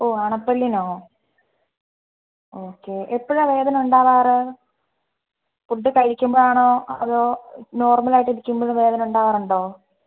ഓ അണപ്പല്ലിനോ എപ്പോഴാണ് വേദന ഉണ്ടാകാറ് ഫുഡ് കഴിക്കുമ്പം ആണോ അതോ നോര്മൽ ആയിട്ട് ഇരിക്കുമ്പോഴും വേദന ഉണ്ടാകാറുണ്ടോ